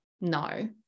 No